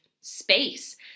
space